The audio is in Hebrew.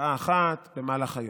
משעה אחת במהלך היום.